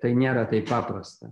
tai nėra taip paprasta